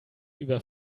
über